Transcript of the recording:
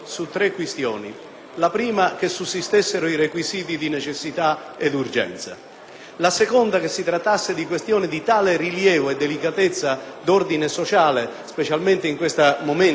ed urgenza; che si trattasse di problematiche di tale rilievo e delicatezza di ordine sociale, specialmente in questo momento di difficoltà per tante fasce sociali della nostra Nazione,